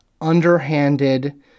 underhanded